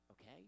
Okay